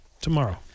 tomorrow